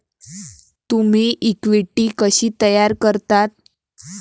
तुम्ही इक्विटी कशी तयार करता?